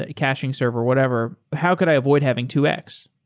ah caching server, whatever, how could i avoid having two x?